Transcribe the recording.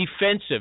defensive